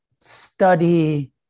study